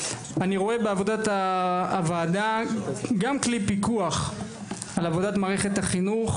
אני רואה בעבודת הוועדה גם כלי פיקוח על עבודת מערכת החינוך,